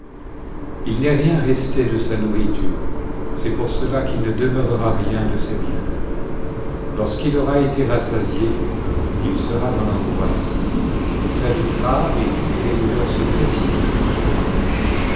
il n'est rien resté de sa nourriture c'est pour cela qu'il ne demeurera rien de ses biens lorsqu'il aura été rassasié il sera dans l'angoisse il s'agitera et toutes les douleurs se précipiteront sur lui